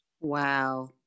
Wow